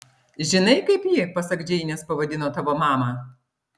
žinai kaip ji pasak džeinės pavadino tavo mamą